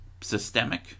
systemic